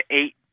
eight